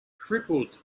crippled